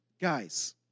guys